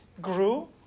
grew